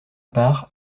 part